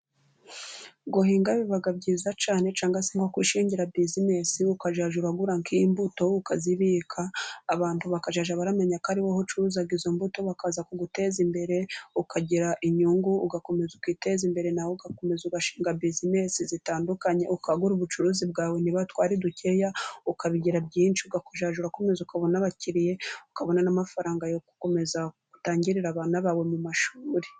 Guhinga biba byiza cyane cyangwa se nko kwishingira bizinesi ukajya uragura, imbuto ukazibika abantu bakajya baramenya ko ari wowe ucuruza izo mbuto, bakaza kuguteza imbere ukagira inyungu, ugakomeza ukiteza imbere nawe ugakomeza ugashinga bizinesi zitandukanye, ukagura ubucuruzi bwawe niba twari dukeya ukabigira byinshi ukajya urakomeza ukabona abakiriya, ukabona n' amafaranga yo gukomeza, utangira abana bawe mu mashuri.